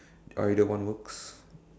either one works